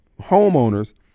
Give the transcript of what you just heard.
homeowners